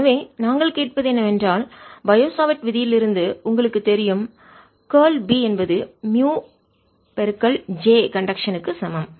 எனவே நாங்கள் கேட்பது என்னவென்றால் பயோ சாவர்ட் விதியிலிருந்து உங்களுக்குத் தெரியும் கார்ல் B என்பது மியூ J கண்டக்ஷன் கடத்துதலுக்கு க்கு சமம்